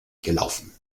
gelaufen